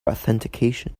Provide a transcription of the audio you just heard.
authentication